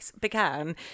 began